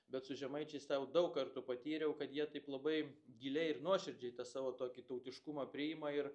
bet su žemaičiais tą jau daug kartų patyriau kad jie taip labai giliai ir nuoširdžiai tą savo tokį tautiškumą priima ir